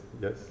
yes